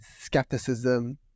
skepticism